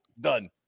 Done